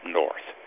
north